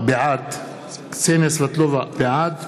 בעד